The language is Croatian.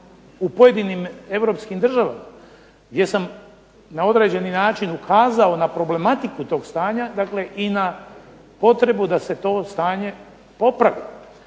u pojedinim europskim državama, gdje sam na određeni način ukazao na problematiku tog stanja dakle i na potrebu da se to stanje popravi.